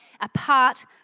apart